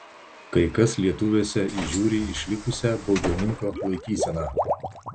kai kas lietuviuose įžiūri išlikusią baudžiauninko laikyseną